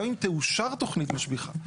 גם אם תאושר תוכנית משביחה,